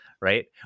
right